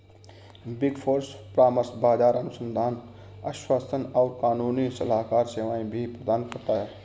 big Four परामर्श, बाजार अनुसंधान, आश्वासन और कानूनी सलाहकार सेवाएं भी प्रदान करता है